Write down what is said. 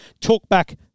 talkback